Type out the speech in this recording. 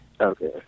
Okay